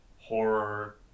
horror